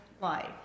life